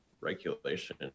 regulation